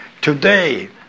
Today